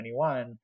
2021